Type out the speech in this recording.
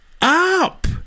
Up